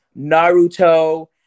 Naruto